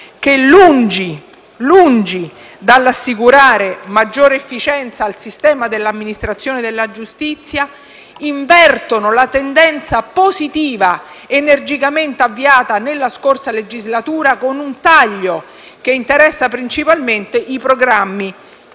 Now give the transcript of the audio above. che, lungi dall'assicurare maggiore efficienza al sistema di amministrazione della giustizia, invertono la tendenza positiva energicamente avviata nella scorsa legislatura, con una decurtazione che interessa principalmente i programmi